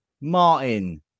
Martin